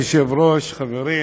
אדוני היושב-ראש, חברים,